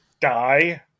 die